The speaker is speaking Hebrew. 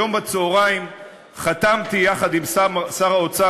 היום בצהריים חתמתי יחד עם שר האוצר